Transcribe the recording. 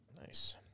nice